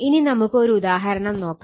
ഇനി നമുക്ക് ഒരു ഉദാഹരണം നോക്കാം